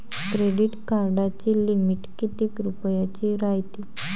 Credit कार्डाची limit कितीक रुपयाची रायते?